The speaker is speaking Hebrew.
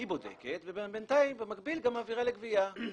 היא בודקת ובינתיים במקביל גם מעבירה לגבייה.